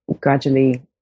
gradually